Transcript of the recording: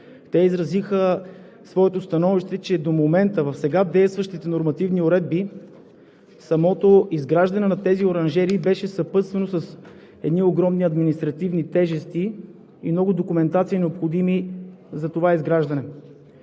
те изразиха своето становище, че до момента в сега действащите нормативни уредби самото изграждане на тези оранжерии беше съпътствано с едни огромни административни тежести и много документации, необходими за това изграждане.